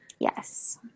Yes